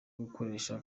gukoresha